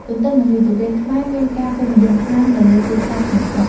ទន្ទឹមនឹងនេះទុរេនខ្មែរមានការពេញនិយមខ្លាំងនៅលើទីផ្សារក្នុងស្រុក។